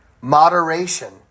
moderation